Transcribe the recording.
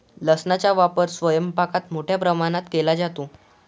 लसणाचा वापर स्वयंपाकात मोठ्या प्रमाणावर केला जातो